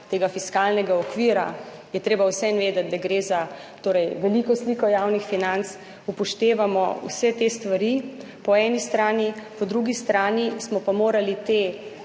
tega fiskalnega okvira je treba vseeno vedeti, da gre za torej veliko sliko javnih financ, upoštevamo vse te stvari po eni strani, po drugi strani smo pa morali te